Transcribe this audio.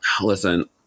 listen